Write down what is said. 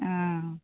অঁ